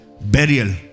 burial